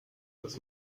das